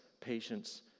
patience